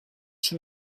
schon